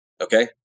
Okay